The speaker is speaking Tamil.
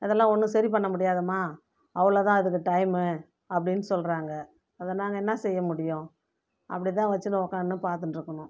அதெலாம் ஒன்றும் சரி பண்ண முடியாதும்மா அவளோ தான் இதுக்கு டைமு அப்படின்னு சொல்கிறாங்க அது நாங்கள் என்ன செய்ய முடியும் அப்படிதான் வச்சுன்னு உட்காந்து பார்த்துண்டு இருக்கணும்